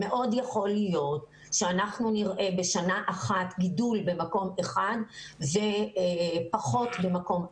מאוד יכול להיות שאנחנו נראה בשנה אחת גידול במקום אחד ופחות במקום אחר,